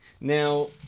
Now